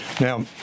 Now